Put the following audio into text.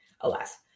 alas